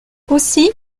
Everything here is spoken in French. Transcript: aussi